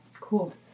Cool